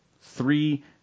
Three